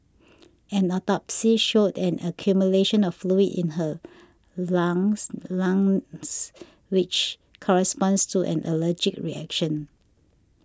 an autopsy showed an accumulation of fluid in her longs longs which corresponds to an allergic reaction